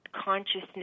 consciousness